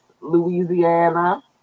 Louisiana